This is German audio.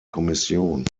kommission